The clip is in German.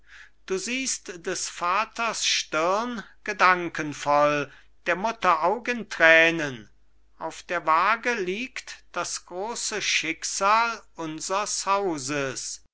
du siehst des vaters stirn gedankenvoll der mutter aug in tränen auf der waage liegt das große schicksal unsers hauses